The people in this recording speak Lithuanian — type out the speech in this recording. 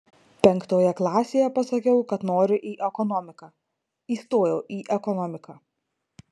penktoje klasėje pasakiau kad noriu į ekonomiką įstojau į ekonomiką